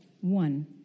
one